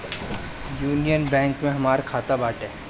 union Bank में हमार खाता बाटे